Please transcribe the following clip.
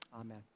Amen